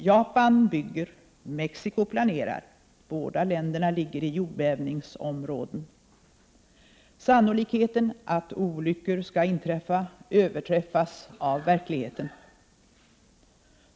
Japan bygger, Mexico planerar — båda länderna ligger i jordbävningsområden. Sannolikheten att olyckor skall inträffa överträffas av verkligheten.